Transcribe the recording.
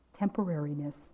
temporariness